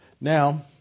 Now